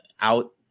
out